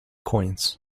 coins